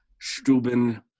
Stuben